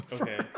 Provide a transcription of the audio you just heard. Okay